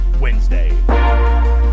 Wednesday